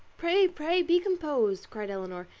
pray, pray be composed, cried elinor,